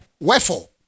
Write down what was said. Wherefore